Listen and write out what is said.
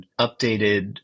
updated